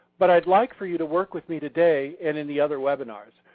but i'd like for you to work with me today and in the other webinars.